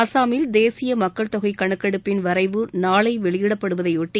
அஸ்ஸாமில் தேசிய மக்கள் தொகை கணக்கெடுப்பின் வரைவு நாளை வெளிடப்படுவதைபொட்டி